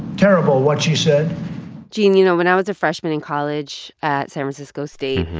terrible, what she said gene, you know, when i was a freshman in college at san francisco state,